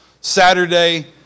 Saturday